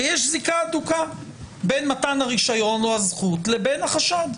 כי יש זיקה הדוקה בין מתן הרישיון או הזכות לבין החשד.